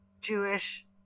Jewish